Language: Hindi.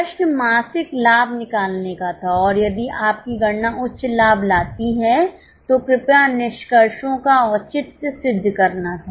प्रश्न मासिक लाभ निकालने का था और यदि आपकी गणना उच्च लाभ लाती है तो कृपया निष्कर्षों का औचित्य सिद्ध करना था